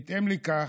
בהתאם לכך,